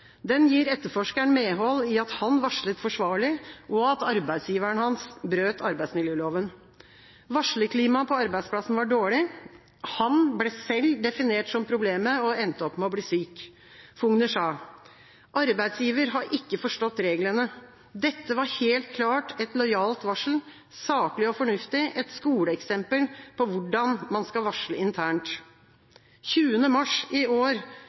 Den gir etterforskeren medhold i at han varslet forsvarlig, og at arbeidsgiveren hans brøt arbeidsmiljøloven. Varslerklimaet på arbeidsplassen var dårlig. Han ble selv definert som problemet og endte opp med å bli syk. Fougner sa følgende om arbeidsgivers håndtering: «De har ikke forstått reglene. Det er helt klart at dette var et lojalt varsel, det var saklig og fornuftig. Det var et skoleeksempel på hvordan man skal varsle internt.» Den 20. mars